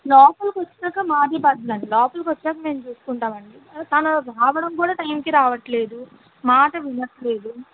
లోపలికొచ్చాక మాది బాధ్యత అండి లోపలికొచ్చాక మేము చూసుకుంటామండి తను రావడం కూడా టైంకి రావడంలేదు మాట వినడంలేదు